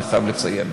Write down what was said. אני חייב לציין.